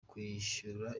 kwishyura